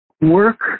work